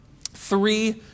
three